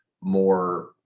more